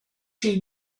she